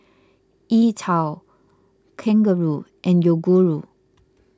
E twow Kangaroo and Yoguru